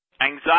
anxiety